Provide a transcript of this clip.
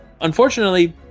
unfortunately